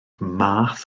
math